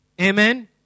Amen